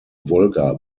wolga